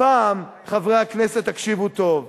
הפעם, חברי הכנסת, תקשיבו טוב,